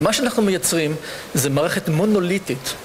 מה שאנחנו מייצרים זה מערכת מונוליטית